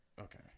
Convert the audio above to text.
Okay